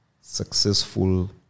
successful